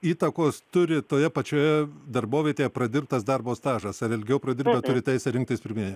įtakos turi toje pačioje darbovietėje pradirbtas darbo stažas ar ilgiau pradirbę turi teisę rinktis pirmieji